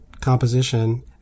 composition